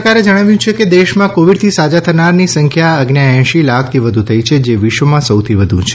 સરકારે જણાવ્યું છે કે દેશમાં કોવિડથી સાજા થનારાની સંખ્યા અગ્યાએશી લાખથી વધુ થઇ છે જે વિશ્વમાં સૌથી વધુ છે